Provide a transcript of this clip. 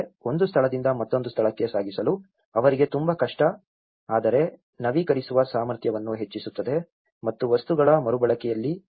ಒಂದು ಸ್ಥಳದಿಂದ ಮತ್ತೊಂದು ಸ್ಥಳಕ್ಕೆ ಸಾಗಿಸಲು ಅವರಿಗೆ ತುಂಬಾ ಕಷ್ಟ ಆದರೆ ನವೀಕರಿಸುವ ಸಾಮರ್ಥ್ಯವನ್ನು ಹೆಚ್ಚಿಸುತ್ತದೆ ಮತ್ತು ವಸ್ತುಗಳ ಮರುಬಳಕೆಯಲ್ಲಿ ಹೆಚ್ಚಿನ ಆಯ್ಕೆಗಳನ್ನು ನೀಡುತ್ತದೆ